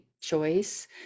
choice